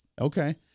Okay